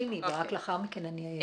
דברים.